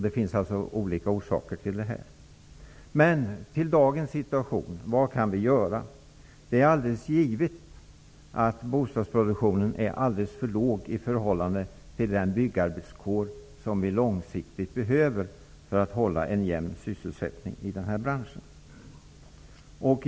Det finns alltså olika orsaker till detta. Låt mig gå över till dagens situation och vad vi kan göra åt den. Det är givet att bostadsproduktionen är alldeles för låg i förhållande till den byggarbetskår som vi långsiktigt behöver för att hålla en jämn sysselsättning i branschen.